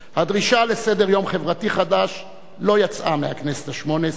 הדרישה לסדר-יום חברתי חדש לא יצאה מהכנסת השמונה-עשרה,